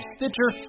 Stitcher